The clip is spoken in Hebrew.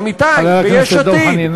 עמיתי ביש עתיד,